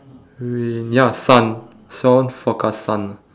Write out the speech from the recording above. rain ya sun shore forecast sun